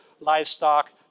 livestock